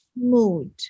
mood